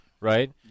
right